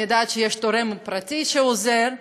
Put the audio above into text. אני יודעת שיש תורם פרטי שעוזר,